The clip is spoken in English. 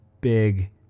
big